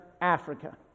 Africa